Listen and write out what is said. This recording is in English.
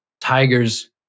Tigers